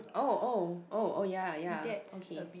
oh oh oh oh ya ya ya okay